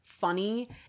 funny